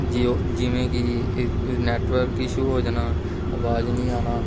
JIO ਜਿਵੇਂ ਕਿ ਇ ਨੈਟਵਰਕ ਇਸ਼ੂ ਹੋ ਜਾਣਾ ਆਵਾਜ਼ ਨਹੀਂ ਆਉਣਾ